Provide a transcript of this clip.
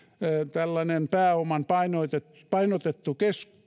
tällainen painotettu painotettu pääoman